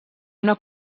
una